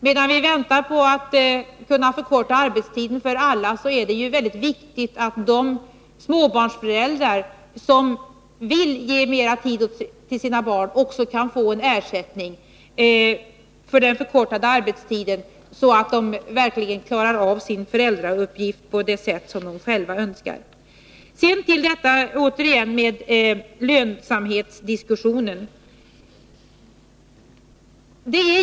Medan vi väntar på att kunna förkorta arbetstiden för alla, är det mycket viktigt att de småbarnsföräldrar som vill ge mer tid till sina barn också kan få ersättning för den förkortade arbetstiden, så att de verkligen klarar av sin föräldrauppgift på det sätt som de själva önskar. Sedan återigen till lönsamhetsdiskussionen.